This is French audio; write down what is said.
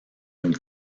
une